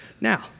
Now